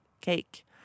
cake